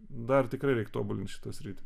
dar tikrai reik tobulint šitą sritį